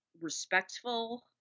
respectful